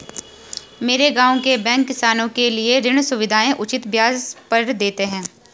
मेरे गांव के बैंक किसानों के लिए ऋण सुविधाएं उचित ब्याज पर देते हैं